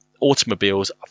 automobiles